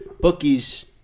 bookies